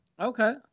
Okay